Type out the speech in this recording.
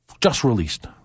just-released